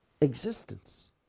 existence